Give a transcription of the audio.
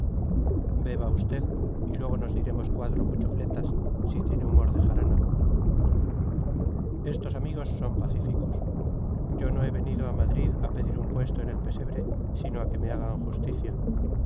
beba usted y luego nos diremos cuatro cuchufletas si tiene humor de jarana estos amigos son pacíficos yo no he venido a madrid a pedir un puesto en el pesebre sino a que me hagan justicia